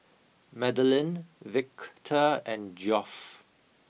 Madelyn Victor and Geoff